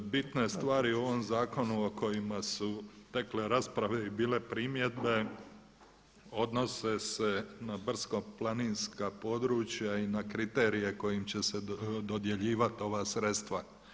Bitne stvari u ovom zakonu o kojima su tekle rasprave i bile primjedbe odnose se na brdsko-planinska područja i na kriterije kojim će se dodjeljivati ova sredstva.